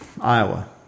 Iowa